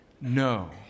No